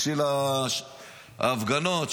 בשביל ההפגנות,